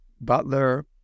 Butler